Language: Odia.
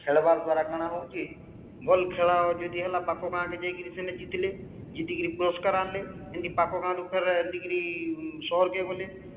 ଖେଳବାର୍ ଦ୍ଵାରା କାଣା ହେଉଛି ଭଲ୍ ଖେଳ ଯଦି ହେଲା ପାଖ ଗାଁ କେ ଯାଇକି ସେନେ ଜିତିଲେ ଜିତିକିରି ପୁରସ୍କାର ଆଣିଲେ ଏମିତି ପାଖ ଗାଁ ରୁ ଫେରେ ଜିତିକିରି ସହର୍ କେ ଗଲେ